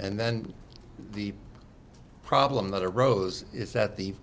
and then the problem that arose is that the